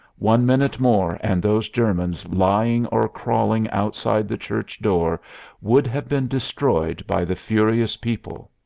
one minute more and those germans lying or crawling outside the church door would have been destroyed by the furious people.